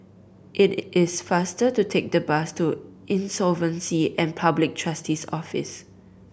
it is faster to take the bus to Insolvency and Public Trustee's Office